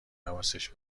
حواسش